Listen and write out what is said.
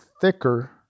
thicker